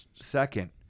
Second